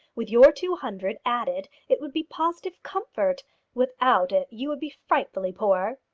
with your two hundred added it would be positive comfort without it you would be frightfully poor.